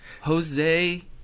Jose